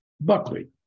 Buckley